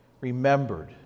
remembered